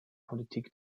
politik